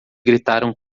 gritaram